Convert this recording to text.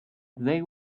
they